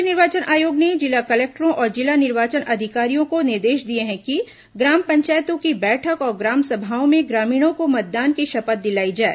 राज्य निर्वाचन आयोग ने जिला कलेक्टरों और जिला निर्वाचन अधिकारियों को निर्देश दिए हैं कि ग्राम पंचायतों की बैठक और ग्राम सभाओं में ग्रामीणों को मतदान की शपथ दिलाई जाए